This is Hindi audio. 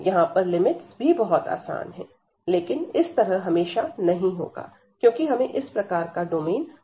यहां पर लिमिट्स भी बहुत आसान है लेकिन इस तरह हमेशा नहीं होगा क्योंकि हमें इस प्रकार का डोमेन हमेशा नहीं मिलेगा